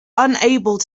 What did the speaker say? unable